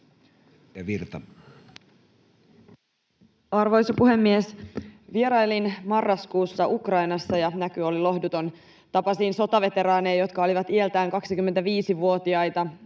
Arvoisa puhemies! Vierailin marraskuussa Ukrainassa, ja näky oli lohduton. Tapasin sotaveteraaneja, jotka olivat iältään 25-vuotiaita.